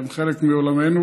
שהן חלק מעולמנו,